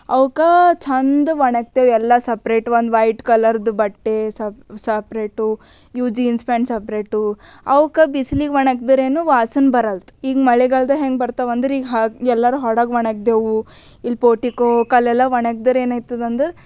ಅವ್ಕೆ ಚೆಂದ ಒಣಗ್ತೇವೆ ಎಲ್ಲ ಸಪ್ರೇಟ್ ಒಂದು ವೈಟ್ ಕಲರ್ದು ಬಟ್ಟೆ ಸಪ್ರೇಟು ಇವು ಜೀನ್ಸ್ ಪ್ಯಾಂಟ್ ಸಪ್ರೇಟು ಅವ್ಕೆ ಬಿಸಿಲಿಗೆ ಒಣಗಿದ್ರೂನು ವಾಸನೆ ಬರಲ್ದು ಈಗ ಮಳೆಗಾಲದಲ್ಲಿ ಹೆಂಗೆ ಬರ್ತವೆ ಅಂದ್ರೆ ಈಗ ಎಲ್ಲರೂ ಹೊರಗೆ ಒಣಗ್ದೇವು ಇಲ್ಲಿ ಪೋಟಿಕೋ ಕಲ್ಲೆಲ್ಲ ಒಣಗಿದ್ರೇನಾಯ್ತದ ಅಂದ್ರೆ